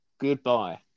Goodbye